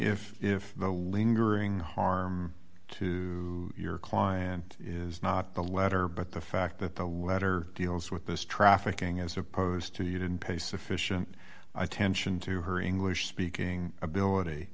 if if the lingering harm to your client is not the letter but the fact that the letter deals with this trafficking as opposed to you didn't pay sufficient attention to her english speaking